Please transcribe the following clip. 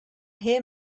hear